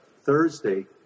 Thursday